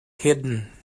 hidden